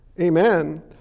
amen